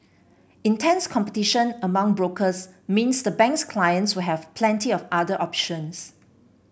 intense competition among brokers means the bank's clients will have plenty of other options